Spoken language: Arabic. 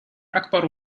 أكبر